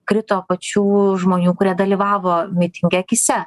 krito pačių žmonių kurie dalyvavo mitinge akyse